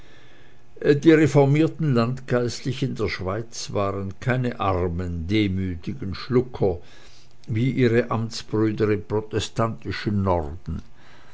die reformierten landgeistlichen der schweiz waren keine armen demütigen schlucker wie ihre amtsbrüder im protestantischen norden